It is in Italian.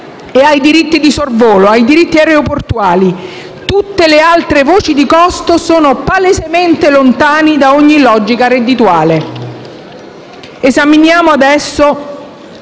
e ai diritti di sorvolo, i diritti aeroportuali. Tutte le altre voci di costo sono palesemente lontane da ogni logica reddituale. Esaminiamo adesso